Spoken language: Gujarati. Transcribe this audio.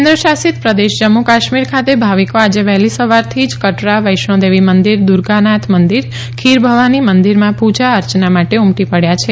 કેન્દ્રશાસિત પ્રદેશ જમ્મુ કાશમીર ખાતે ભાવિકો આજે વહેલી સવારથી જ કટરા વૈષ્ણોદેવી મંદિર દુર્ગાનાથ મંદિર ખીર ભવાની મંદિરમાં પૂજા અર્ચનાં માટે ઉમટી પડ્યા છે